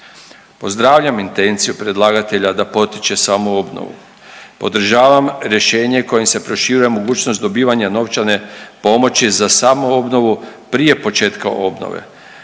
Pozdravljam intenciju predlagatelja da potiče samoobnovu. Podržavam rješenje kojim se proširuje mogućnost dobivanja novčane pomoći za samoobnovu prije početka obnove.